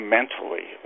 mentally